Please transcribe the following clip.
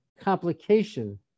complication